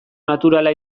naturala